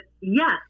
yes